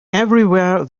everywhere